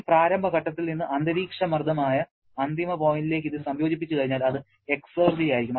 ഈ പ്രാരംഭ ഘട്ടത്തിൽ നിന്ന് അന്തരീക്ഷമർദ്ദമായ അന്തിമ പോയിന്റിലേക്ക് ഇത് സംയോജിപ്പിച്ചുകഴിഞ്ഞാൽ അത് എക്സർജി ആയിരിക്കും